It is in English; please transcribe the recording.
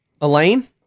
Elaine